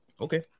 Okay